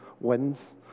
wins